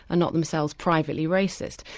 are not themselves privately racist.